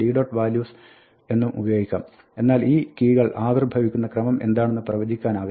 values എന്നും ഉപയോഗിക്കാം എന്നാൽ ഈ കീകൾ ആവിർഭവിക്കുന്ന ക്രമം എന്താണെന്ന് പ്രവചിക്കാനാവില്ല